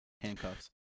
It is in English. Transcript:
Handcuffs